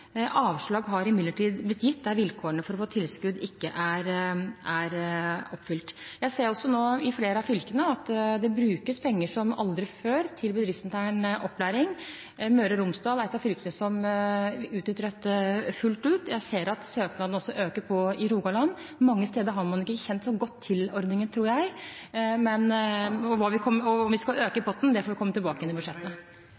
Avslag har imidlertid blitt gitt der vilkårene for å få tilskudd ikke er oppfylt. Jeg ser også nå at det i flere av fylkene brukes penger som aldri før til bedriftsintern opplæring. Møre og Romsdal er et av fylkene som utnytter dette fullt ut. Jeg ser at søknadene også øker på i Rogaland. Mange steder har man ikke kjent så godt til ordningen, tror jeg, og om vi skal øke potten, får vi komme tilbake til. Eg må igjen minna om